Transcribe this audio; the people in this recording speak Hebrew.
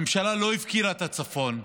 הממשלה לא הפקירה את הצפון,